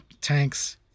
Tanks